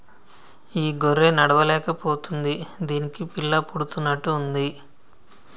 ఈ గొర్రె నడవలేక పోతుంది దీనికి పిల్ల పుడుతున్నట్టు ఉంది